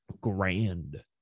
Grand